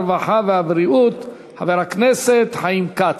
הרווחה והבריאות חבר הכנסת חיים כץ.